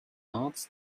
ads